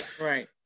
Right